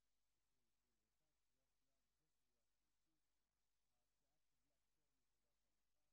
בסעיף ראשון שעל סדר-היום: הודעה למזכירת הכנסת.